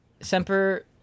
Semper